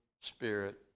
Spirit